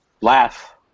laugh